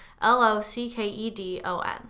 L-O-C-K-E-D-O-N